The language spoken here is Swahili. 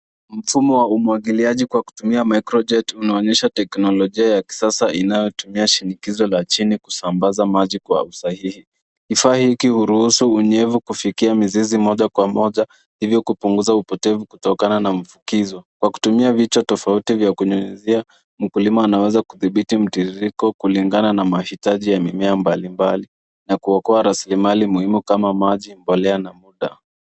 Mfumo wa umwagiliaji kwa kutumia micro jet unaonyesha teknolojia ya kisasa inayotumia shinikizo la chini kusambaza maji kwa usahihi. Kifaa hiki huruhusu unyevu kufikia mizizi moja kwa moja hivyo kupunguza upotevu kutokana na mfukizo. Kwa kutumia vichwa tofauti vya kunyunyizia mkulima anaweza kudhibiti mtiririko kulingana na mahitaji ya mimea mbalimbali na kuokoa rasilimali muhimu kama maji, mbolea na muda.